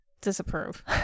disapprove